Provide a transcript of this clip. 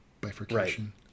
bifurcation